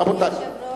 אדוני היושב-ראש,